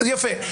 יפה.